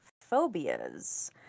phobias